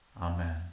Amen